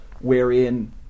wherein